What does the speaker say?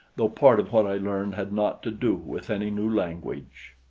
though part of what i learned had naught to do with any new language.